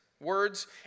words